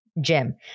Jim